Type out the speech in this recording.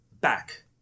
back